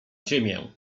ziemię